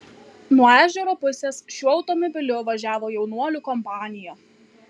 nuo ežero pusės šiuo automobiliu važiavo jaunuolių kompanija